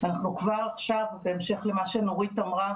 אנחנו כבר עכשיו, בהמשך למה שנורית אמרה